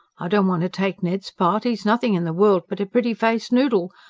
i don't want to take ned's part he's nothing in the world but a pretty-faced noodle.